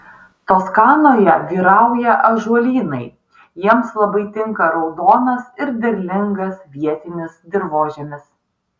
toskanoje vyrauja ąžuolynai jiems labai tinka raudonas ir derlingas vietinis dirvožemis